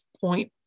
point